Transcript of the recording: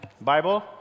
Bible